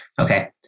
Okay